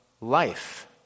life